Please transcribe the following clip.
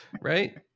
Right